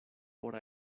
por